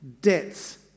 debts